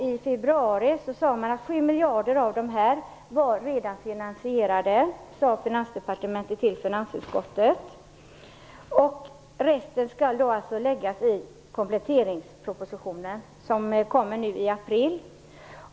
I februari sade man alltså att 7 miljarder redan var finansierade och att resten skulle läggas in i kompletteringspropositionen, som kommer i april.